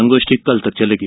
संगोष्ठी कल तक चलेगी